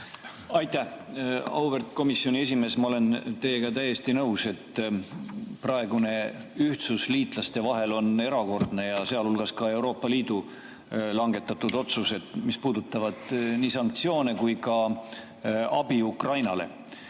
Aitäh, auväärt komisjoni esimees! Ma olen teiega täiesti nõus, et praegune ühtsus liitlaste vahel on erakordne ja ka Euroopa Liidu langetatud otsused, mis puudutavad nii sanktsioone kui ka Ukrainale